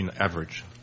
Average